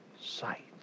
sight